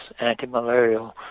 antimalarial